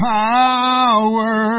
power